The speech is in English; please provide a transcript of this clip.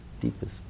deepest